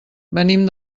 venim